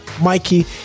Mikey